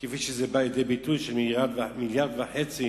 כפי שזה בא לידי ביטוי בתוספת של מיליארד וחצי